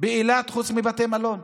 באילת חוץ מבתי מלון.